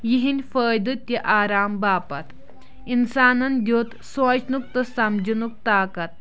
یِہنٛدۍ فٲیدٕ تہِ آرام باپتھ اِنسانن دیُت سونٛچنُک تہٕ سَمجِنُک طاقت